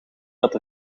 dat